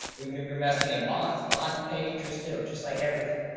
we've been over investing in bonds, bonds, pay interest too, just like everything.